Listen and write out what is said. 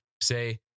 say